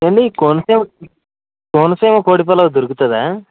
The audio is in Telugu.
ఏవండీ కోనసీమ కోనసీమ కోడి పిల్ల దొరుకుతుందా